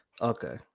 Okay